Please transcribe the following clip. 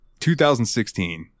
2016